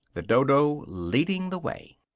the dodo leading the way.